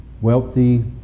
wealthy